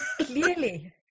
Clearly